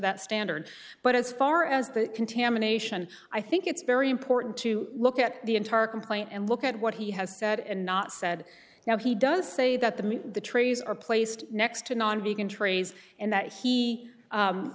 that standard but as far as the contamination i think it's very important to look at the entire complaint and look at what he has said and not said now he does say that the meet the trays are placed next to no on beacon trays and that he